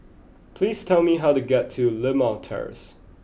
please tell me how to get to Limau Terrace